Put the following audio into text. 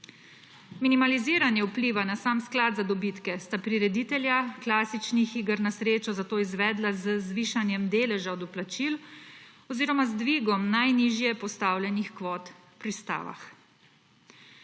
Minimaliziranje vpliva na sam sklad za dobitke sta prireditelja klasičnih iger na srečo zato izvedla z zvišanjem deleža doplačil oziroma z dvigom najnižje postavljenih kvot pri stavah.